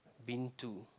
been to